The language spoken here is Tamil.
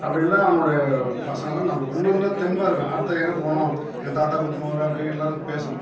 அப்படிருந்தா அவனுடய பசங்கள்லாம் நம்ம இன்னொனு தெம்பாக இருக்கும் அடுத்து எங்கள் போகணும் எங்கள் தாத்தா கூட்டினுபோவாரு அப்படி எல்லோரும் பேசும்